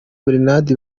bernard